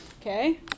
Okay